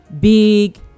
Big